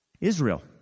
Israel